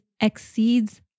exceeds